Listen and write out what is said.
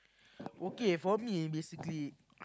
okay for me basically